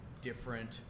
different